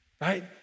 right